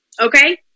Okay